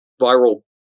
viral